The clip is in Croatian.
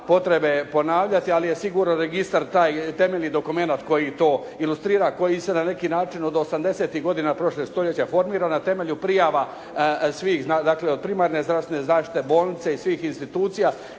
potrebe ponavljati, ali je sigurno registar taj temeljni dokumenat koji to ilustrira, koji i sad na neki način od 80-tih godina prošlog stoljeća formiran na temelju prijava svih, dakle od primarne zdravstvene zaštite, bolnice i svih institucija